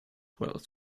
with